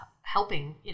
helping